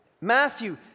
Matthew